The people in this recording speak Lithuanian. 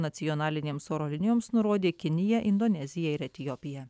nacionalinėms oro linijoms nurodė kinija indonezija ir etiopija